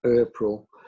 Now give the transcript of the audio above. April